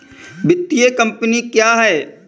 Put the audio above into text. वित्तीय कम्पनी क्या है?